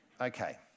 Okay